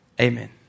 Amen